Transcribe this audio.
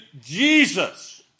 Jesus